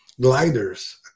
gliders